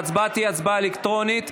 ההצבעה תהיה הצבעה אלקטרונית.